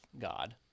God